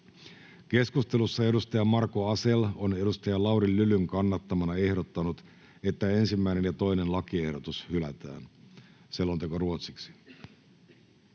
Keskustelussa edustaja Marko Asell on edustaja Lauri Lylyn kannattamana ehdottanut, että 1. ja 2. lakiehdotus hylätään. — Selonteko ruotsiksi.